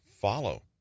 follow